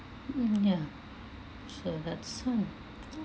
mm ya so that's why